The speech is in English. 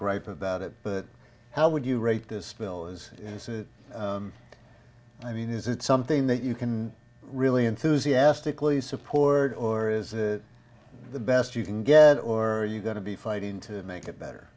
gripe about it but how would you rate this bill is i mean is it something that you can really enthusiastically support or is the best you can get or are you going to be fighting to make it better